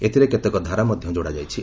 ଏଥିରେ କେତେକ ଧାରା ମଧ୍ୟ ଯୋଡ଼ା ଯାଇଛି